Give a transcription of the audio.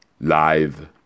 live